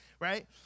Right